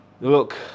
look